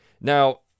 Now